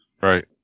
Right